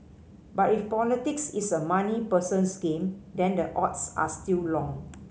but if politics is a money person's game then the odds are still long